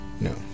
No